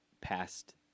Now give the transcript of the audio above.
past